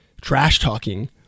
trash-talking